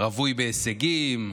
רווי בהישגים,